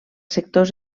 sectors